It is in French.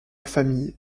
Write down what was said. famille